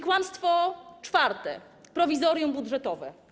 Kłamstwo czwarte - prowizorium budżetowe.